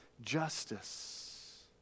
justice